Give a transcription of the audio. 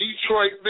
Detroit